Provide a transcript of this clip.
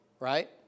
Right